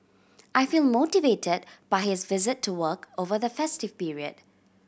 I feel motivated by his visit to work over the festive period